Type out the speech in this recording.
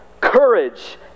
courage